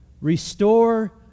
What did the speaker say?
Restore